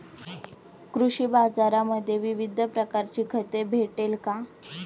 कृषी बाजारांमध्ये विविध प्रकारची खते भेटेल का?